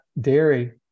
dairy